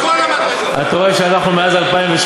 אתה רואה שמאז 2008